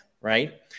Right